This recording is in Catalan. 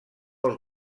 els